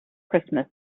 christmas